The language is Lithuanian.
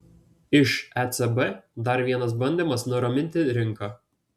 iš ecb dar vienas bandymas nuraminti rinką